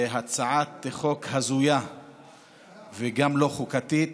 בהצעת חוק הזויה וגם לא חוקתית.